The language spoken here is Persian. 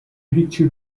هیچی